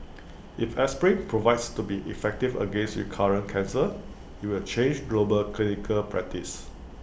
if aspirin proves to be effective against recurrent cancer IT will change global clinical practice